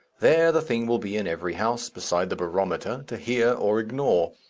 there the thing will be in every house, beside the barometer, to hear or ignore.